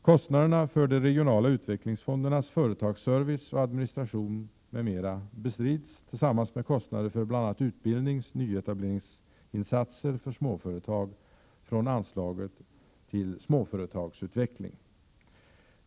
Kostnaderna för de regionala utvecklingsfondernas företagsservice och administration m.m. bestrids, tillsammans med kostnader för bl.a. utbildningsoch nyetableringsinsatser för småföretag, från anslaget till småföretagsutveckling.